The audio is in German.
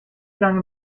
lange